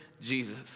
Jesus